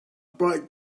bright